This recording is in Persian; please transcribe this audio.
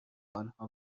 آنها